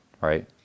right